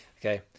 Okay